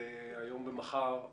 היום ומחר,